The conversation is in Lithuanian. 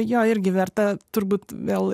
jo irgi verta turbūt vėl